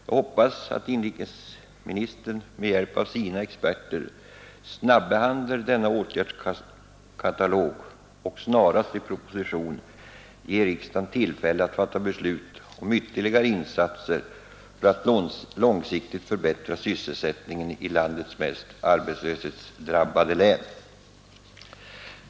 Jag hoppas att inrikesministern med hjälp av sina experter snabbehandlar denna åtgärdskatalog och snarast i proposition ger riksdagen tillfälle att fatta beslut om ytterligare insatser för att långsiktigt förbättra sysselsättningen i landets mest arbetslöshetsdrabbade län.